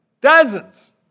Dozens